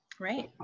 right